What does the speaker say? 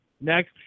next